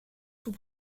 sous